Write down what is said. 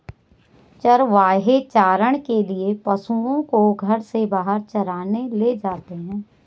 चरवाहे चारण के लिए पशुओं को घर से बाहर चराने ले जाते हैं